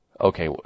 Okay